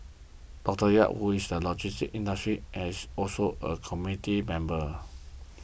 Doctor Yap who is in the logistics industry and is also a committee member